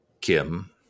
Kim